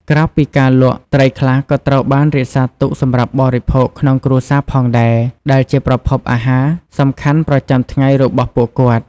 ក្រៅពីការលក់ ត្រីខ្លះក៏ត្រូវបានរក្សាទុកសម្រាប់បរិភោគក្នុងគ្រួសារផងដែរ ដែលជាប្រភពអាហារសំខាន់ប្រចាំថ្ងៃរបស់ពួកគាត់។